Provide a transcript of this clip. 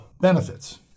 benefits